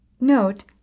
Note